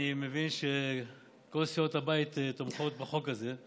אני מבין שכל סיעות הבית תומכות בחוק הזה.